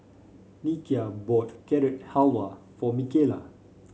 Nikia bought Carrot Halwa for Mikala